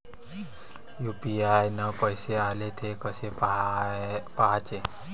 UPI न पैसे आले, थे कसे पाहाचे?